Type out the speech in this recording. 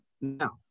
now